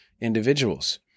individuals